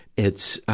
it's, ah